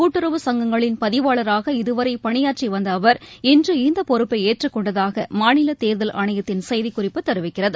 கூட்டுறவு சங்கங்களின் பதிவாளராக இதுவரைபணியாற்றிவந்தஅவர் இன்று இந்தபொறுப்பைஏற்றுக் கொண்டதாகமாநிலதேர்தல் ஆணையத்தின் செய்திக்குறிப்பு தெரிவிக்கிறது